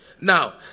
now